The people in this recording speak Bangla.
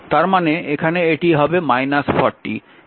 তার মানে এখানে এটি হবে 40